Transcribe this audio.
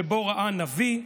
שבו ראה נביא,